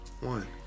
one